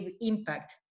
impact